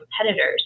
competitors